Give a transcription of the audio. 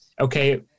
okay